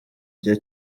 gihe